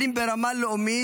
כלים ברמה לאומית,